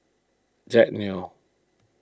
Jack Neo